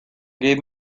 gave